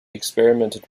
experimented